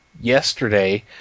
yesterday